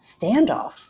standoff